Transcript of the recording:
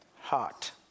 heart